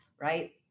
right